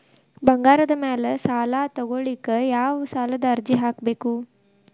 ಬಂಗಾರದ ಮ್ಯಾಲೆ ಸಾಲಾ ತಗೋಳಿಕ್ಕೆ ಯಾವ ಸಾಲದ ಅರ್ಜಿ ಹಾಕ್ಬೇಕು?